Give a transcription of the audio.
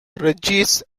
ridges